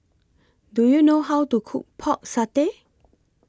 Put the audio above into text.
Do YOU know How to Cook Pork Satay